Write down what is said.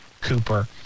Cooper